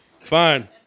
Fine